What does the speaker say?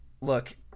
Look